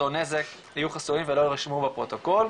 נזק יהיו חסויים ולא יירשמו בפרוטוקול.